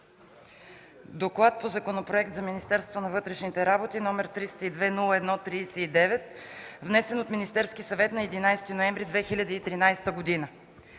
обсъди Законопроект за Министерството на вътрешните работи, № 302-01-39, внесен от Министерски съвет на 11 ноември 2013 г.